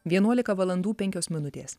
vienuolika valandų penkios minutės